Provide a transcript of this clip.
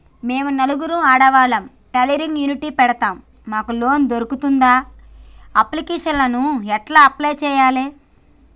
మేము నలుగురం ఆడవాళ్ళం టైలరింగ్ యూనిట్ పెడతం మాకు లోన్ దొర్కుతదా? అప్లికేషన్లను ఎట్ల అప్లయ్ చేయాలే?